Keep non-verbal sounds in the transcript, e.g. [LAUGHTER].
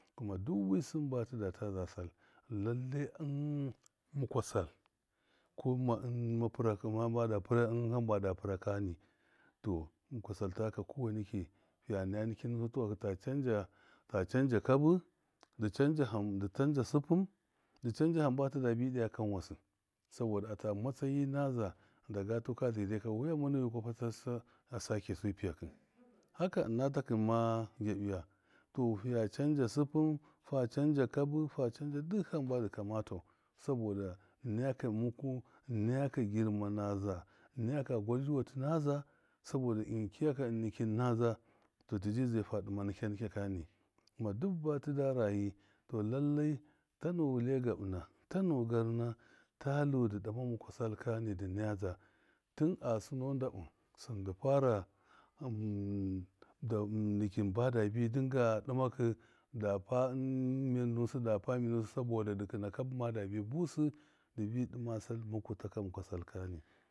Kuma du wɨ sɨm ba tidata za sal, lallai [HESITATION] mukwa sal kɔma- parakɨ hamba da pira hamba da pira kani, tɔ mukwa sal takaka kɔwanne ki fiya naya nɨkɨn musu tuwahɨ ta canda ta canda kabɨ dɨ sɨ, wɨndɨ canda hamba tɨdabɨ ɗɨya kanwasɨ sabɔda ata matsayi naza daga tu ka zirai waya maneyu kisa. patasakesu pɨyaki haka ṫna takṫn ma gyaɓiya to fiya canda sɨpɨm fa canda kabi fa canda duk hamba dika matani, saboda najakɨ muku nayaka girma naza, nayaka gwardzɨwatɨ naza, saboda kiya ka innɨkɨn naza to tɨjɨ zai fa ɗɨma nikiya nikgakya ni duk ba tɨda rayi tɔ lallai tanu lai gabɨna, tanu garna talu dɨ ɗɨma mukwa sal kani di nayadza tɨn a sɨno ndaɓɨsṫn dɨ fara [HESITATION] nikɨn badabi dinga ɗɨmaki da pamir [HESITATION] nusɨ da pa mirsu, saboda dɨ kɨna kabɨ madabi busɨ dɨbi dɨma sal taka mukwa sal kani.